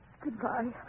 Goodbye